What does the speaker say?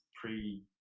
pre